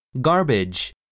Garbage